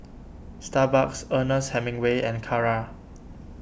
Starbucks Ernest Hemingway and Kara